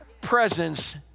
presence